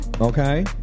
Okay